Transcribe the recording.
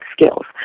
skills